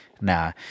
Nah